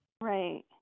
Right